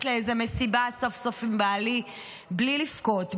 לאיזו מסיבה סוף-סוף עם בעלי בלי לבכות,